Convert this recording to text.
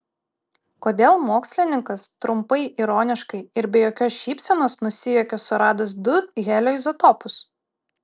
kodėl mokslininkas trumpai ironiškai ir be jokios šypsenos nusijuokė suradęs du helio izotopus